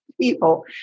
people